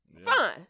fine